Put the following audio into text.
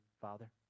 Father